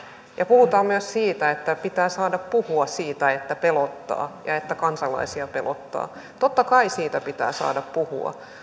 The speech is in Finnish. ja puhutaan myös siitä että pitää saada puhua siitä että pelottaa ja että kansalaisia pelottaa totta kai siitä pitää saada puhua